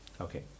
Okay